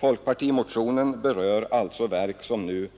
Folkpartimotionen berör alltså verk som nu